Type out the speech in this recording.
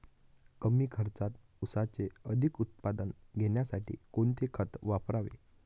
कमी खर्चात ऊसाचे अधिक उत्पादन घेण्यासाठी कोणते खत वापरावे?